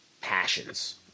passions